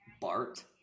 Bart